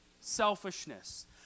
selfishness